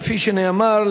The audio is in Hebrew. כפי שנאמר,